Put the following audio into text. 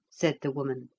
said the woman.